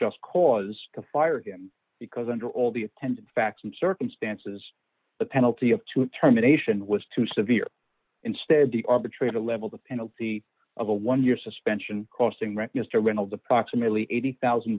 just cause to fire him because under all the attendant facts and circumstances the penalty of two terminations was too severe instead the arbitrator level the penalty of a one year suspension costing rep mr reynolds approximately eighty thousand